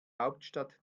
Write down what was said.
hauptstadt